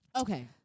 Okay